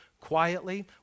quietly